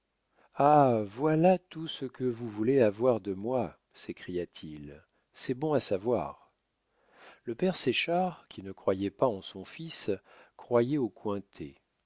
ah voilà tout ce que vous voulez avoir de moi s'écria-t-il c'est bon à savoir le père séchard qui ne croyait pas en son fils croyait aux cointet